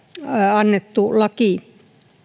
annettu laki